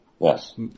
Yes